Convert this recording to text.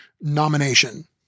nomination